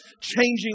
changing